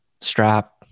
strap